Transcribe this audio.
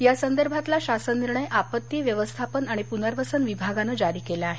यासंदर्भातला शासन निर्णय आपत्ती व्यवस्थापन आणि पुनर्वसन विभागानं जारी केला आहे